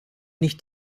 nicht